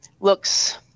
looks